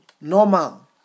normal